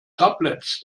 tablets